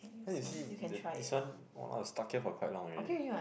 cause you see the this one !walao! stuck here for quite long already leh